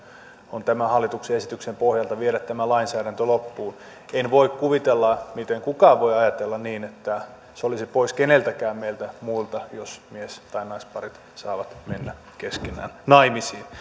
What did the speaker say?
on tämän hallituksen esityksen pohjalta viedä tämä lainsäädäntö loppuun en voi kuvitella miten kukaan voi ajatella niin että se olisi pois keneltäkään meistä muista jos mies tai naisparit saavat mennä keskenään naimisiin